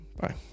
bye